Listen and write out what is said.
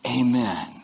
amen